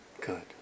Good